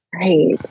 Right